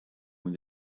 with